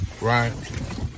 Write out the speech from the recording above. right